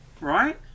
Right